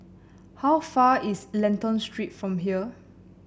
how far away is Lentor Street from here